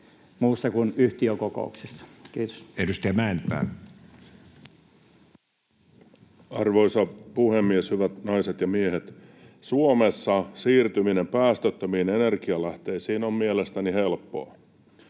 energiamarkkinoihin Time: 17:17 Content: Arvoisa puhemies, hyvät naiset ja miehet! Suomessa siirtyminen päästöttömiin energianlähteisiin on mielestäni helppoa.